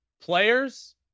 Players